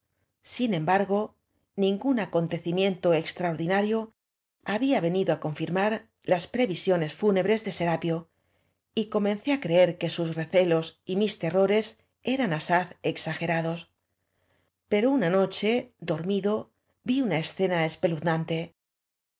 sin embargo ningún acontecimiento extraordinario había ve nido á conñrmar las previsiones fúnebres de sorapio y comencé á creer que sus recelos y mis terrores eran asaz exagerados pero una noche dormido vi una escena